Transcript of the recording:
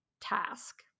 task